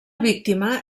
víctima